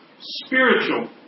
Spiritual